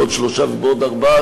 בעוד שלושה חודשים ובעוד ארבעה.